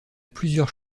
plusieurs